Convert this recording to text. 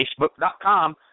facebook.com